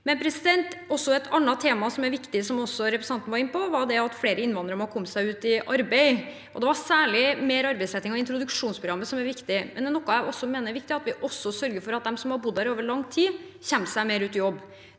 ikke enig i. Et annet tema som er viktig, som også representanten var inne på, er at flere innvandrere må komme seg ut i arbeid. Det var særlig mer arbeidsretting og introduksjonsprogrammet som var viktig. Er det noe jeg mener også er viktig, er det at vi sørger for at de som har bodd her over lang tid, kommer seg mer ut i jobb.